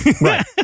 Right